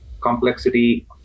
complexity